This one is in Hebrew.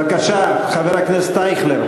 בבקשה, חבר הכנסת אייכלר.